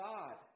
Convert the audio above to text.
God